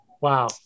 Wow